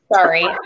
Sorry